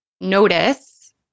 notice